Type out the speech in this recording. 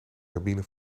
cabine